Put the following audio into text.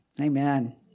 Amen